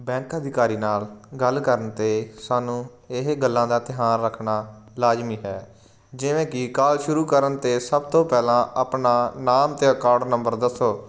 bank ਅਧਿਕਾਰੀ ਨਾਲ ਗੱਲ ਕਰਨ 'ਤੇ ਸਾਨੂੰ ਇਹ ਗੱਲਾਂ ਦਾ ਧਿਆਨ ਰੱਖਣਾ ਲਾਜ਼ਮੀ ਹੈ ਜਿਵੇਂ ਕਿ ਕਾਲ ਸ਼ੁਰੂ ਕਰਨ 'ਤੇ ਸਭ ਤੋਂ ਪਹਿਲਾਂ ਆਪਣਾ ਨਾਮ ਅਤੇ ਅਕਾਊਂਟ ਨੰਬਰ ਦੱਸੋ